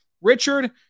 Richard